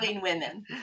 women